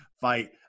fight